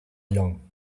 young